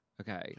Okay